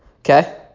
okay